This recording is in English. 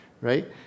right